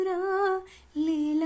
Lila